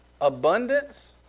abundance